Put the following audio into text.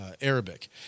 Arabic